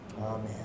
Amen